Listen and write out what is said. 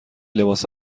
لباس